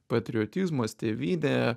patriotizmas tėvynė